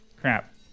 Crap